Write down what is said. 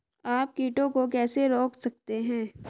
आप कीटों को कैसे रोक सकते हैं?